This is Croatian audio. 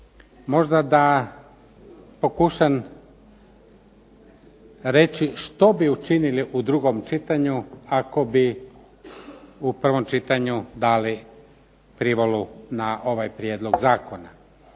možda da pokušam reći što bi učinili u drugom čitanju ako bi u prvom čitanju dali privolu na ovaj prijedlog zakona.